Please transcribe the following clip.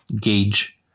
gauge